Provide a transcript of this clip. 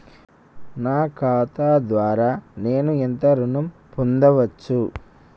నా ఖాతా ద్వారా నేను ఎంత ఋణం పొందచ్చు?